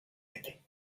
épée